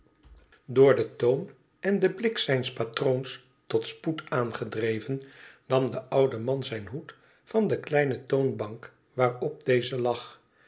door den toon en den blik zijns patroons tot spoed aangedreven nam de oude man zijn hoed van de kleine toonbank waarp deze lag